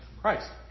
Christ